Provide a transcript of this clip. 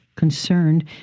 concerned